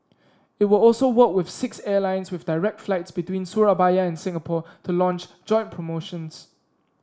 it will also work with six airlines with direct flights between Surabaya and Singapore to launch joint promotions